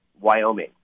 Wyoming